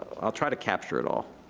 i'll try to capture it all.